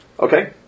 Okay